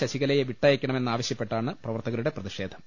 ശശികലയെ വിട്ടയക്ക ണമെന്ന് ആവശൃപ്പെട്ടാണ് പ്രവർത്തകരുടെ പ്രതിഷേധം